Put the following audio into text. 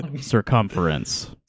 Circumference